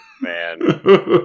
man